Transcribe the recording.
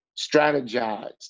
strategize